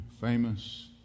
famous